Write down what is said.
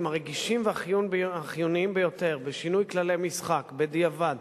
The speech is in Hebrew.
הרגישים והחיוניים ביותר בשינוי כללי משחק בדיעבד,